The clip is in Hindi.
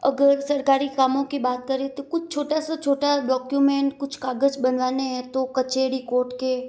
अगर सरकारी कामों की बात करें तो कुछ छोटा सा छोटा डॉक्यूमेंट कुछ कागज बनवाने हैं तो कचेहरी कोर्ट के